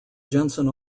jensen